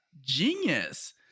genius